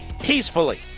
Peacefully